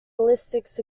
ballistics